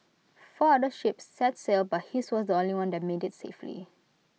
four other ships set sail but his was the only one that made IT safely